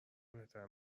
بهتر